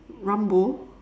rambo